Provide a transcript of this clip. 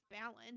balance